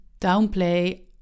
downplay